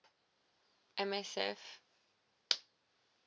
M_S_F